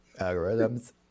algorithms